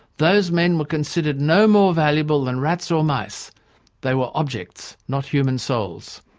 those men were considered no more valuable than rats or mice they were objects, not human souls.